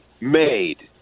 made